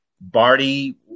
Barty